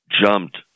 jumped